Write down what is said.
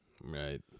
Right